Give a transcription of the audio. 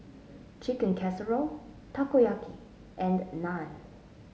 Chicken Casserole Takoyaki and Naan